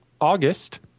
August